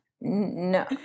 No